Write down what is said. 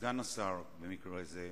סגן השר במקרה זה,